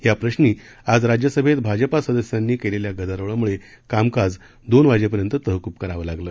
याप्रश्नी आज राज्यसभेत भाजपा सदस्यांनी केलेल्या गदारोळामुळे कामकाज दोन वाजेपर्यंत तहकूब करावं लागलं